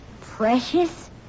Precious